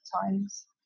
times